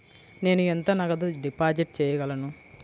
నేను ఎంత నగదు డిపాజిట్ చేయగలను?